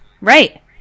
Right